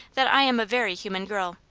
that i am a very human girl,